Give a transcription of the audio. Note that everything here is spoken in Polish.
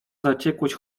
zaciekłość